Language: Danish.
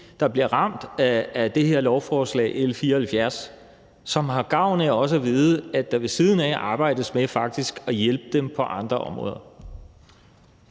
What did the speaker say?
der bliver ramt af det her lovforslag, L 74, som har gavn af også at vide, at der ved siden af arbejdes med faktisk at hjælpe dem på andre områder.